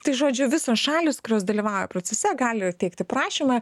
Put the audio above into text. tai žodžiu visos šalys kurios dalyvauja procese gali teikti prašymą